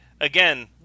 again